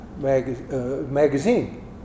magazine